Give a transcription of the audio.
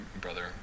brother